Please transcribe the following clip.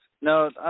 No